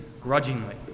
grudgingly